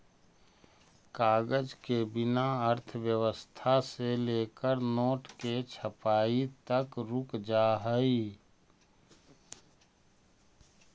कागज के बिना अर्थव्यवस्था से लेकर नोट के छपाई तक रुक जा हई